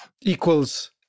equals